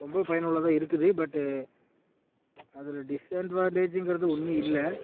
ரொம்பவே பயனுள்ளதாக இருக்குது பட் அதில் டிஸ்அட்வான்டேஜுங்கிறது ஒன்றும் இல்லை